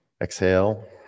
exhale